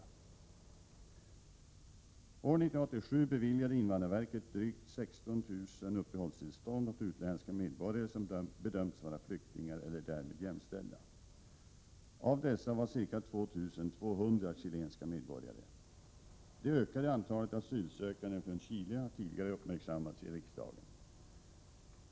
År 1987 beviljade invandrarverket drygt 16 000 uppehållstillstånd åt utländska medborgare som bedömts vara flyktingar eller därmed jämställda. Av dessa var ca 2 200 chilenska medborgare. Det ökade antalet asylsökande från Chile har tidigare uppmärksammats i riksdagen.